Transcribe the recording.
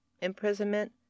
imprisonment